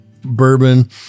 bourbon